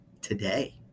today